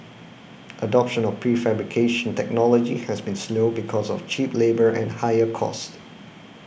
adoption of prefabrication technology has been slow because of cheap labour and higher cost